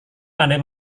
pandai